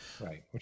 Right